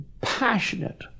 passionate